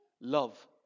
Love